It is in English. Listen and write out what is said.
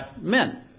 men